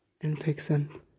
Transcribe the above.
infection